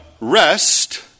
rest